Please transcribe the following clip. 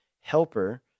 helper